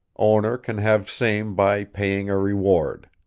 owner can have same by paying a reward.